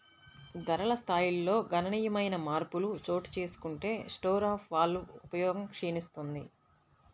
ధరల స్థాయిల్లో గణనీయమైన మార్పులు చోటుచేసుకుంటే స్టోర్ ఆఫ్ వాల్వ్ ఉపయోగం క్షీణిస్తుంది